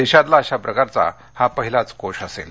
देशातला अशा प्रकारचा हा पहिलाच कोष असेल